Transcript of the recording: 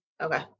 Okay